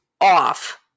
off